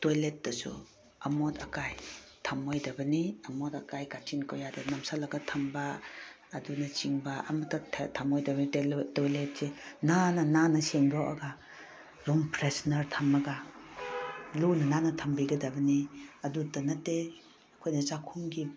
ꯇꯣꯏꯂꯦꯠꯇꯁꯨ ꯑꯃꯣꯠ ꯑꯀꯥꯏ ꯊꯝꯃꯣꯏꯗꯕꯅꯤ ꯑꯃꯣꯠ ꯑꯀꯥꯏ ꯀꯥꯆꯤꯟ ꯀꯣꯏꯌꯥꯗ ꯅꯞꯁꯜꯂꯒ ꯊꯝꯕ ꯑꯗꯨꯅ ꯆꯤꯡꯕ ꯑꯃꯠꯇ ꯊꯝꯃꯣꯏꯗꯕꯅꯤ ꯇꯣꯏꯂꯦꯠꯁꯦ ꯅꯥꯟꯅ ꯅꯥꯟꯅ ꯁꯦꯡꯗꯣꯛꯑꯒ ꯔꯨꯝ ꯐ꯭ꯔꯦꯁꯅꯔ ꯊꯝꯃꯒ ꯂꯨꯅ ꯅꯥꯟꯅ ꯊꯝꯕꯤꯒꯗꯕꯅꯤ ꯑꯗꯨꯇ ꯅꯠꯇꯦ ꯑꯩꯈꯣꯏꯅ ꯆꯥꯛꯈꯨꯝꯒꯤ